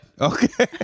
Okay